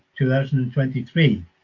2023